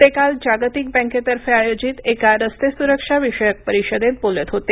ते काल जागतिक बँकेतर्फे आयोजित एका रस्ते स्रक्षा विषयक परिषदेत बोलत होते